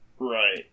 right